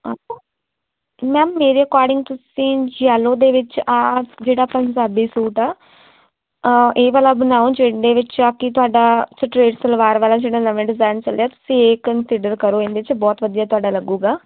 ma'am ਮੇਰੇ according ਤੁਸੀਂ yellow ਦੇ ਵਿੱਚ ਆ ਜਿਹੜਾ ਪੰਜਾਬੀ ਸੂਟ ਆ ਇਹ ਵਾਲਾ ਬਣਾਓ ਜਿਹਦੇ ਵਿੱਚ ਆ ਕਿ ਤੁਹਾਡਾ ਸਟਰੇਟ ਸਲਵਾਰ ਵਾਲਾ ਜਿਹੜਾ ਨਵਾਂ ਡਿਜ਼ਾਇਨ ਚੱਲਿਆ ਤੁਸੀਂ ਇਹ ਕੰਸੀਡਰ ਕਰੋ ਇਹਦੇ 'ਚ ਬਹੁਤ ਵਧੀਆ ਤੁਹਾਡਾ ਲੱਗੂਗਾ